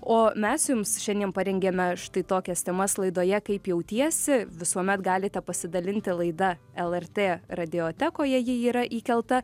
o mes jums šiandien parengėme štai tokias temas laidoje kaip jautiesi visuomet galite pasidalinti laida lrt radiotekoje ji yra įkelta